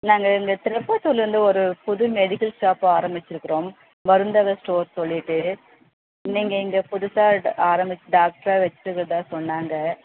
நாங்கள் இங்கே திருப்பத்தூர்லேருந்து ஒரு புது மெடிக்கல் ஷாப் ஆரமிச்சிருக்கிறோம் மருந்தக ஸ்டோர் சொல்லிட்டு நீங்கள் இங்கே புதுசாக ட ஆரம்மிச்சி டாக்டரா வச்சிருக்கிறதா சொன்னாங்க